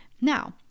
Now